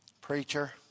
Preacher